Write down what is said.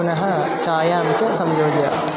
पुनः चायां च संयोजय